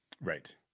Right